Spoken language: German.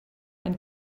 ein